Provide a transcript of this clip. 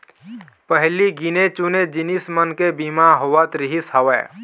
पहिली गिने चुने जिनिस मन के बीमा होवत रिहिस हवय